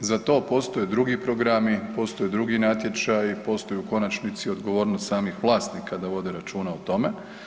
za to postoje drugi programi, postoje drugi natječaji, postoje u konačnici odgovornost samih vlasnika da vode računa o tome.